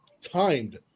timed